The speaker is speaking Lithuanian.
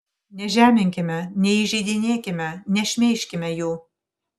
nežeminkime neįžeidinėkime nešmeižkime jų